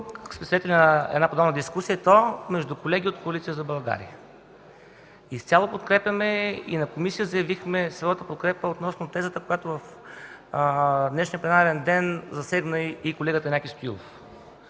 че и тук започна подобна дискусия, и то между колеги от Коалиция за България. Изцяло подкрепяме и на комисия заявихме своята подкрепа относно тезата, която през днешния пленарен ден засегна и колегата Янаки Стоилов,